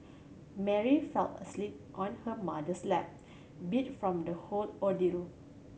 Mary fell asleep on her mother's lap beat from the whole ordeal